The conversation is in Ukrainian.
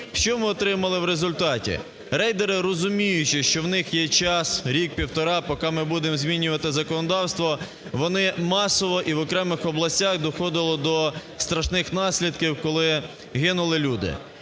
Що ми отримали в результаті? Рейдери, розуміючи, що в них є час – рік-півтора, поки ми будемо змінювати законодавство – вони масово, і в окремих областях доходило до страшних наслідків, коли гинули люди.